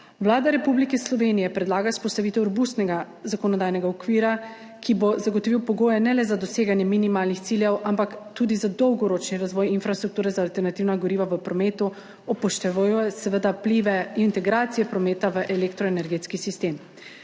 Vlada Republike Slovenije predlaga vzpostavitev robustnega zakonodajnega okvira, ki bo zagotovil pogoje ne le za doseganje minimalnih ciljev, ampak tudi za dolgoročni razvoj infrastrukture za alternativna goriva v prometu, upoštevajo seveda vplive integracije prometa v elektroenergetski sistem.